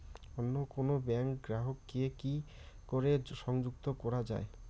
অন্য কোনো ব্যাংক গ্রাহক কে কি করে সংযুক্ত করা য়ায়?